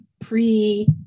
pre